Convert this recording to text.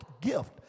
gift